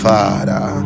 Father